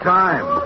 time